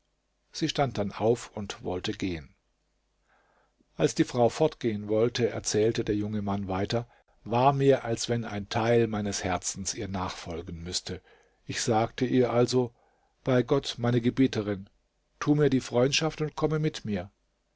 sie stand dann auf und wollte gehen als die frau fortgehen wollte erzählte der junge mann weiter war mir als wenn ein teil meines herzens ihr nachfolgen müßte ich sagte ihr also bei gott meine gebieterin tu mir die freundschaft und komme mit mir